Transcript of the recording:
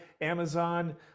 Amazon